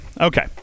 Okay